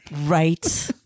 right